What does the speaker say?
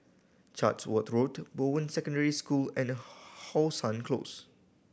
Chatsworth Road Bowen Secondary School and How Sun Close